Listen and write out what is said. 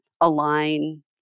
align